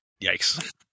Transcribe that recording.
Yikes